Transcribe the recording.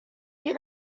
you